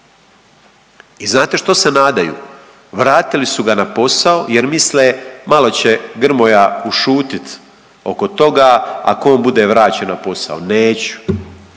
I znate što se nadaju? Vratili su ga na posao jer misle malo će Grmoja ušutit oko toga ako on bude vraćen na posao. Neću.